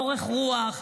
באורך רוח,